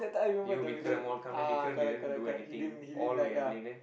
you Vikram all come then Vikram never do anything all gambling and then